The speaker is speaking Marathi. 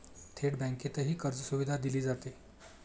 थेट बँकेतही कर्जसुविधा दिली जाते